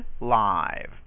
live